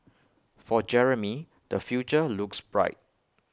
for Jeremy the future looks bright